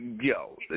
yo